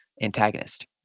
antagonist